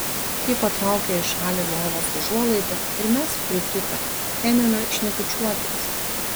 ji patraukė į šalį lovos užuolaidą ir mes pritūpę ėmėme šnekučiuotis